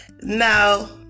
Now